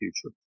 future